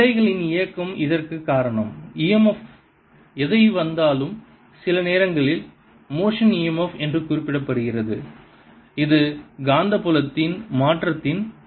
எல்லைகளின் இயக்கம் இதற்குக் காரணம் e m f எதை வந்தாலும் சில நேரங்களில் மோஷன் e m f என்று குறிப்பிடப்படுகிறது இது காந்தப்புலத்தின் மாற்றத்தின் காரணமாகும்